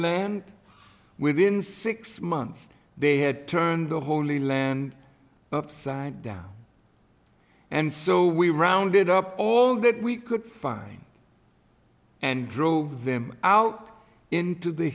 land within six months they had turned the holy land upside down and so we rounded up all that we could find and drove them out into the